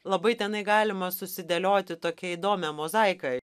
labai tenai galima susidėlioti tokią įdomią mozaiką